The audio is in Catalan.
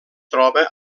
troba